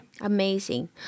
Amazing